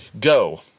go